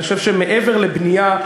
אני חושב שמעבר לבנייה,